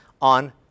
on